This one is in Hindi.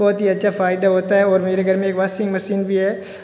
बहुत ही अच्छा फ़ायदा होता है और मेरे घर में एक वासिंग मसीन भी है